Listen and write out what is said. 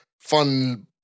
fun